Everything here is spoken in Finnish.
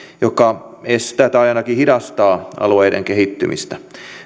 joka estää tai ainakin hidastaa alueiden kehittymistä